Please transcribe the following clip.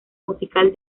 musical